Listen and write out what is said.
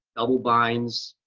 double-binds.